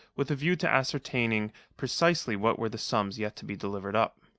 with a view to ascertaining precisely what were the sums yet to be delivered up.